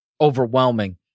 overwhelming